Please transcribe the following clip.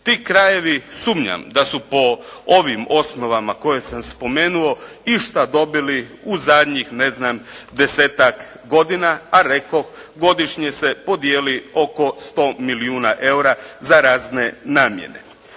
Ti krajevi sumnjam da su po ovim osnovama koje sam spomenuo išta dobili u zadnjih, ne znam 10-ak godina a rekoh, godišnje se podijeli oko 100 milijuna eura za razne namjene.